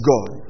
God